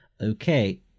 Okay